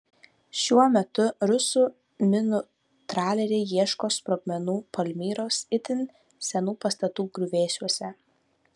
šiuo metu rusų minų traleriai ieško sprogmenų palmyros itin senų pastatų griuvėsiuose